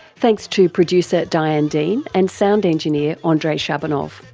thanks to producer diane dean and sound engineer ah andrei shabunov.